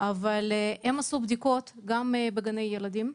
אבל הם עשו בדיקות גם בגני ילדים,